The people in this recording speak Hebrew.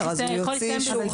בסדר, אז הוא יוציא אישור חדש.